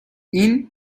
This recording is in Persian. این